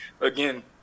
again